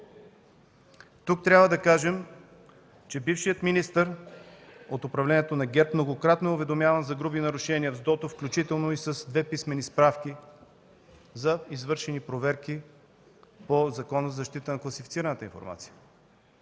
Тук трябва да кажем, че бившият министър от управлението на ГЕРБ многократно е уведомяван за груби нарушения в СДОТО, включително и с две писмени справки за извършени проверки по Закона за защита на класифицираната информация.